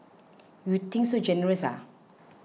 you think so generous